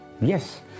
Yes